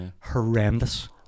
horrendous